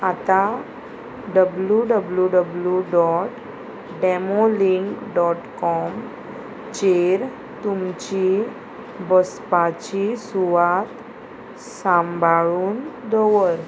आतां W W W dot demo link dot com चेर तुमची बसपाची सुवात सांबाळून दवर